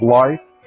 life